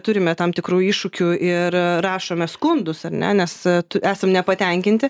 turime tam tikrų iššūkių ir rašome skundus ar ne nes esam nepatenkinti